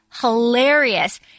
hilarious